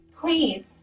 Please